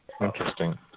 interesting